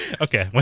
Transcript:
Okay